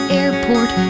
airport